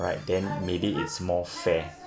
right then maybe it's more fair